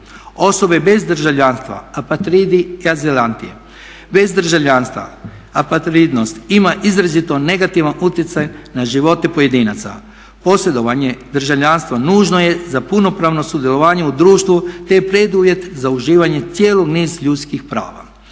Osobe bez državljanstva apatridi i azilanti bez državljanstva apatridnost ima izrazito negativan utjecaj na živote pojedinaca. Posjedovanje državljanstva nužno je za punopravno sudjelovanje u društvu, te je preduvjet za uživanje cijelog niza ljudskih prava.